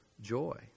joy